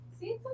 See